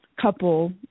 couple